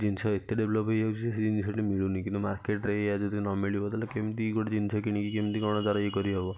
ସେ ଜିନିଷ ଏତେ ଡେଭଲପ୍ ହେଇଯାଉଛି ଯେ ସେ ଜିନିଷଟି ମିଳୁନି କିନ୍ତୁ ମାର୍କେଟ୍ରେ ଏଇଆ ଯଦି ନମିଳିବ ତା'ହେଲେ କେମତି ଗୋଟେ ଜିନଷ କିଣିକି କେମତି କ'ଣ ତାର ଇଏ କରିହେବ